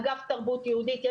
אגף תרבות יהודית,